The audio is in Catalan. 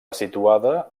situada